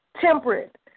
temperate